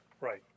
Right